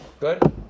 Good